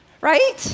Right